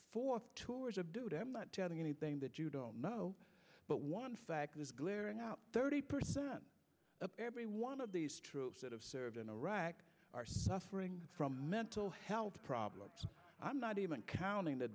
fourth tours of duty i'm not telling anything that you don't know but one fact is glaring out thirty percent of every one of these troops that have served in iraq are suffering from mental health problems i'm not even counting the